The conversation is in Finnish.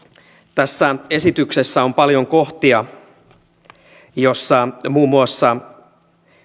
tässä esityksessä on paljon kohtia joissa muun muassa